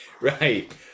Right